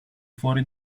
fuori